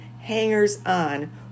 hangers-on